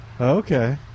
Okay